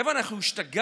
חבר'ה, אנחנו השתגענו,